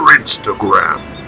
instagram